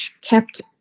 kept